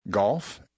Golf